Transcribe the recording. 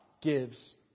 gives